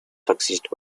succeeded